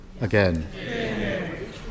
again